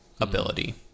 ability